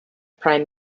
prime